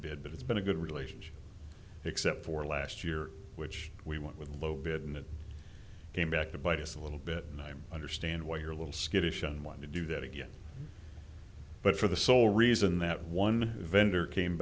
bid but it's been a good relationship except for last year which we went with low bid and it came back to bite us a little bit and i'm understand why you're a little skittish and want to do that again but for the sole reason that one vendor came